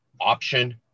option